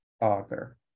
author